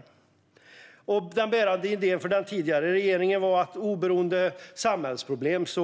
Riksrevisionens rapport om reger-ingens skatteutgifts-redovisning Den bärande idén för den tidigare regeringen var att man kunde lösa samhällsproblem, oberoende